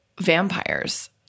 Vampires